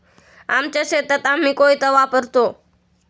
आमच्या शेतात आम्ही कोयता वापरतो